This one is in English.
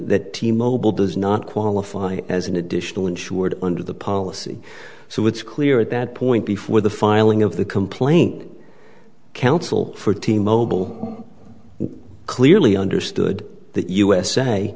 that t mobile does not qualify as an additional insured under the policy so it's clear at that point before the filing of the complaint counsel for t mobile clearly understood